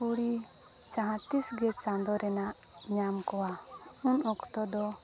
ᱠᱩᱲᱤ ᱡᱟᱦᱟᱸᱛᱤᱥᱜᱮ ᱪᱟᱸᱫᱳ ᱨᱮᱱᱟᱜ ᱧᱟᱢ ᱠᱚᱣᱟ ᱩᱱ ᱚᱠᱛᱚ ᱫᱚ